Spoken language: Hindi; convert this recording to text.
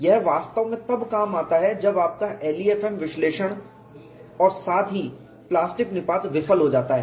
यह वास्तव में तब काम आता है जब आपका LEFM विश्लेषण और साथ ही प्लास्टिक निपात विफल हो जाता है